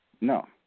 No